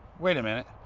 wait a minute.